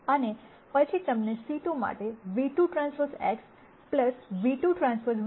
અને પછી તમને c2 માટે ν₂TX ν₂Tν ₂